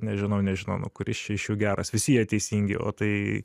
nežinau nežinau nu kuris čia iš jų geras visi jie teisingi o tai